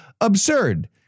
absurd